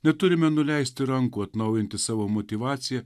neturime nuleisti rankų atnaujinti savo motyvaciją